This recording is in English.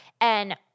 And-